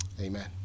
Amen